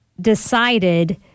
decided